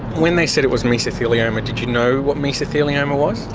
when they said it was mesothelioma, did you know what mesothelioma was